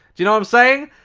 you know i'm saying?